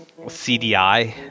CDI